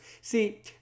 see